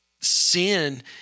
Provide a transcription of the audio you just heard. sin